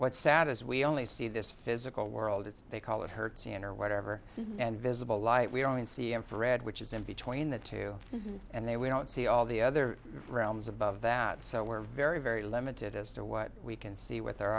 what's sad is we only see this physical world it's they call it hurts and or whatever and visible light we don't see infrared which is in between the two and they we don't see all the other realms above that so we're very very limited as to what we can see with